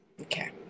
Okay